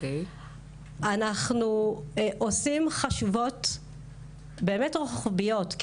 אנחנו עושים חשיבות באמת רוחביות.